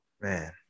man